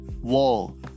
wall